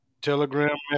Telegram